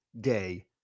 Day